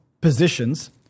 positions